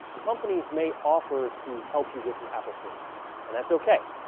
companies may offer to help you with your application and that's okay,